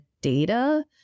data